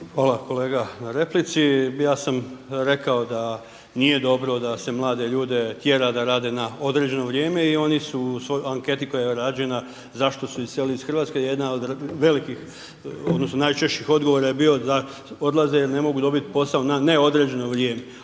Hvala kolega na replici. Ja sam rekao da nije dobro da se mlade ljude tjera da rade na određeno vrijeme i oni su u anketi koja je rađena, Zašto su iselili iz RH, jedna od velikih odnosno najčešćih odgovora je bio da odlaze jel ne mogu dobiti posao na neodređeno vrijeme,